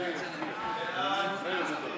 ההסתייגות (43) של חברי הכנסת מיקי